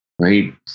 right